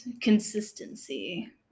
consistency